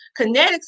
Kinetics